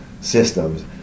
systems